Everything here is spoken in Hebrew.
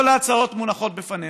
כל ההצעות מונחות בפנינו.